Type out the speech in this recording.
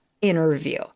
interview